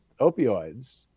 opioids